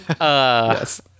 Yes